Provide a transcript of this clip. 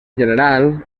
general